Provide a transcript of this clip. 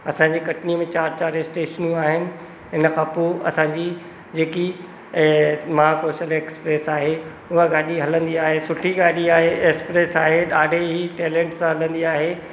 असांजे कटनी में चारि चारि स्टेशनू आहिनि इनखां पोइ असांजी जेकी अ महाकौशल एक्सरप्रेस आहे उहा गाॾी हलंदी आहे सुठी गाॾी आहे एक्सप्रेस आहे ॾाढो ई टैलेंट सां हलंदी आहे